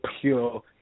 pure